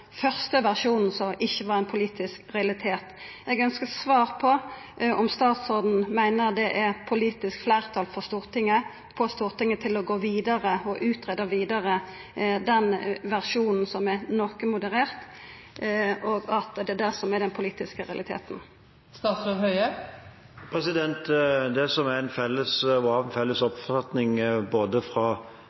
første versjonen som ikkje var ein politisk realitet? Eg ønskjer svar på om statsråden meiner det er politisk fleirtal på Stortinget for å gå vidare og greia ut vidare den versjonen som er noko moderert, og at det er det som er den politiske realiteten. Det som på det møtet var en felles oppfatning både fra min side og